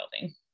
building